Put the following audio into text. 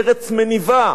ארץ מניבה.